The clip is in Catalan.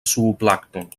zooplàncton